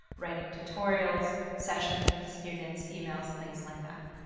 writing tutorials, sessions with students, emails, things like that.